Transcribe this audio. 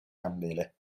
candele